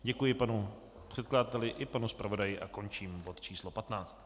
Děkuji panu předkladateli i panu zpravodaji a končím bod číslo 15.